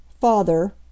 Father